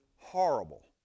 horrible